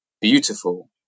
beautiful